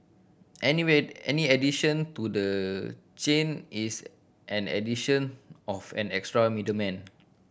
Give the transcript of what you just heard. anyway any addition to the chain is an addition of an extra middleman